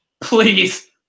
Please